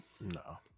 no